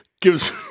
gives